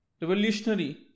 revolutionary